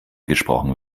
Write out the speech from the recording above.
gesprochen